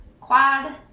quad